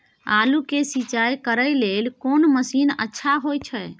आलू के सिंचाई करे लेल कोन मसीन अच्छा होय छै?